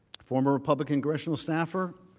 former republican congressional staffer,